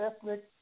ethnic